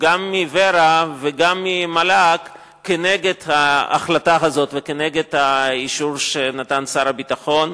גם מור"ה וגם ממל"ג נגד ההחלטה הזאת ונגד האישור שנתן שר הביטחון.